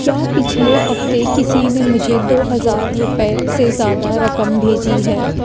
کیا پچھلے ہفتے کسی نے مجھے دو ہزار روپے سے زیادہ رقم بھیجی ہے